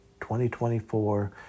2024